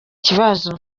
kibazo